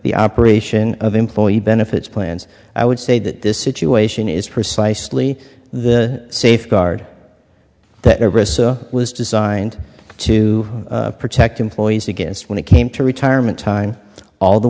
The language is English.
the operation of employee benefits plans i would say that this situation is precisely the safeguard that was designed to protect employees against when it came to retirement time all the